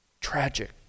tragic